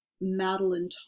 Madeline